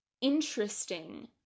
interesting